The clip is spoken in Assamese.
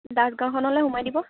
দাস গাঁৱখনলৈ সোমাই দিব